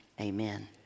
Amen